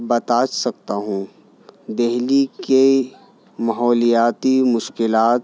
بتا سکتا ہوں دلی کے ماحولیاتی مشکلات